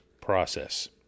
process